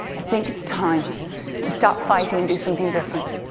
think it's time to stop fighting and do something different.